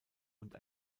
und